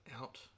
out